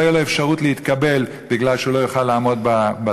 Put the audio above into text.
לא תהיה לו אפשרות להתקבל בגלל שהוא לא יוכל לעמוד בתחרות.